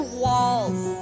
walls